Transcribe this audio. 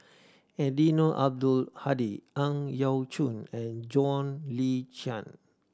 Eddino Abdul Hadi Ang Yau Choon and John Le Cain